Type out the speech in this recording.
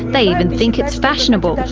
they even think it's fashionable.